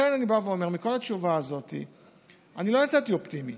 אני בא ואומר: מכל התשובה הזאת אני לא יצאתי אופטימי,